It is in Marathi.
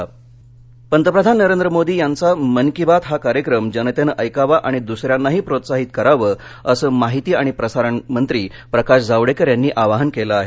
जावडेकर पंतप्रधान नरेंद्र मोदी यांचा मन की बात हा कार्यक्रम जनतेनं ऐकावा आणि दूसऱ्यांनाही प्रोत्साहित करावं असं माहिती आणि प्रसारण मंत्री प्रकाश जावडेकर यांनी आवाहन केलं आहे